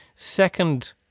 Second